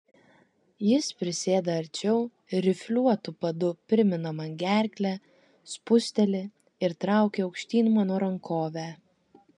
jis prisėda arčiau rifliuotu padu primina man gerklę spūsteli ir traukia aukštyn mano rankovę